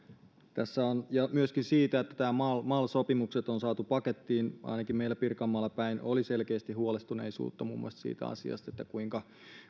ja myöskin siitä että nämä mal sopimukset on saatu pakettiin ainakin meillä pirkanmaalla päin oli selkeästi huolestuneisuutta muun muassa siitä asiasta kuinka